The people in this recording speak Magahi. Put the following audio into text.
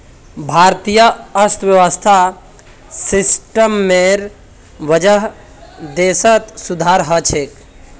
भारतीय अर्थव्यवस्था सिस्टमेर वजह देशत सुधार ह छेक